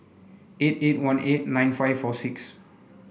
eight eight one eight nine five four six